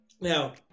now